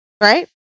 right